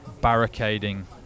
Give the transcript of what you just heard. barricading